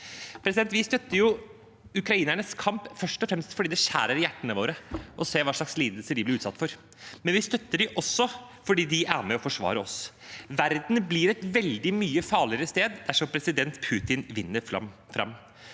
Vi støtter ukrainernes kamp først og fremst fordi det skjærer i hjertene våre å se hva slags lidelser de blir utsatt for, men vi støtter dem også fordi de er med og forsvarer oss. Verden blir et veldig mye farligere sted dersom president Putin vinner fram.